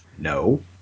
No